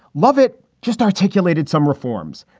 lovett just articulated some reforms.